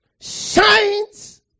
shines